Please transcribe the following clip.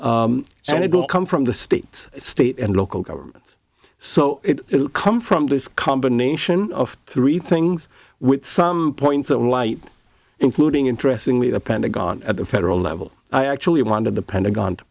and it will come from the states state and local governments so it will come from this combination of three things with some points of light including interestingly the pentagon at the federal level i actually wanted the pentagon to